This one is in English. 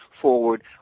forward